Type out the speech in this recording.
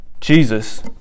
Jesus